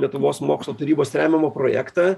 lietuvos mokslų tarybos remiamą projektą